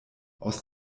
aus